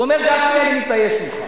הוא אומר: גפני, אני מתבייש ממך.